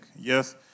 Yes